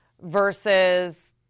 versus